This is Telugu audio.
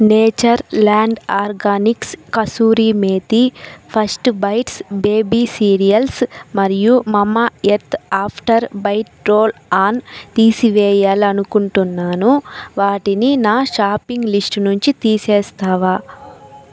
Natureland organics kasuri methi first bites baby cereals మరియు మామాఎర్త్ ఆఫ్టర్ బైట్ రోల్ఆన్ తీసివేయాలి అనుకుంటున్నాను వాటిని నా షాపింగ్ లిస్ట్ నుండి తీసేస్తావా